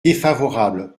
défavorable